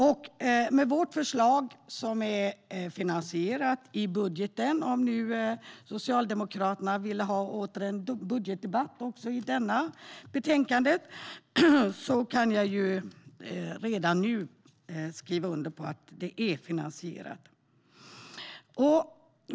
Om nu Socialdemokraterna vill ha en budgetdebatt också i detta betänkande kan jag redan nu skriva under på att vårt förslag är finansierat.